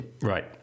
right